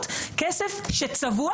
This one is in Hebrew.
אז יש כאן בעיה רצינית.